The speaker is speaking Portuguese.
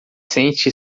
sente